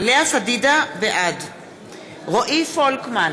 בעד רועי פולקמן,